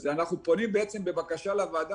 אז אנחנו פונים בבקשה לוועדה,